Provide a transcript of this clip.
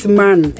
man